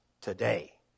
today